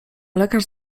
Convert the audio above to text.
lekarz